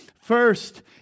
First